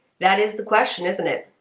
that is the question isn't it.